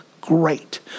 great